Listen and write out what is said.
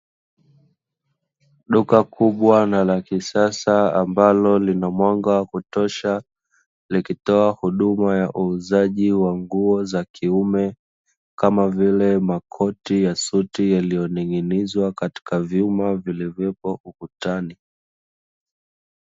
Duka kubwa na la kisasa ambalo lina mwanga wa kutosha , likitoa huduma ya uuzaji wa nguo za kiume kama vile makoti ya suti yaliyoning'inizwa katika vyuma vilivyopo ukutani.